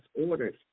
orders